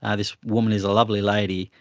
ah this woman is a lovely lady.